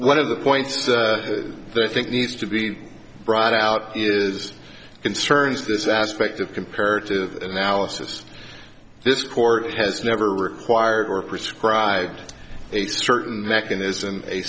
one of the points that i think needs to be brought out is concerns this aspect of comparative analysis this court has never required or prescribe a certain mechanism a